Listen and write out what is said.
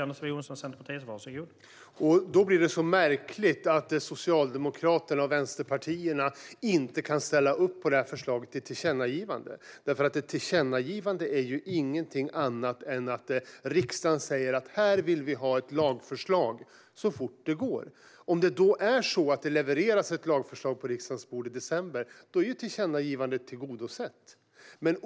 Herr talman! Då blir det märkligt att Socialdemokraterna och vänsterpartierna inte kan ställa upp på det här förslaget till tillkännagivande. Ett tillkännagivande är ingenting annat än att riksdagen säger att här vill vi ha ett lagförslag så fort det går. Om det är så att det levereras ett lagförslag på riksdagens bord i december är ju tillkännagivandet tillgodosett.